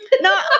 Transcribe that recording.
No